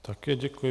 Také děkuji.